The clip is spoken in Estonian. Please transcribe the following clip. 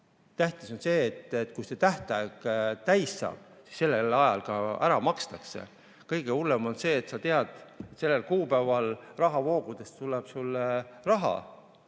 Tähtis on see, et kui see tähtaeg täis saab, sel ajal ka ära makstakse. Kõige hullem on see, et sa tead, et sellel kuupäeval rahavoogudest tuleb sulle raha,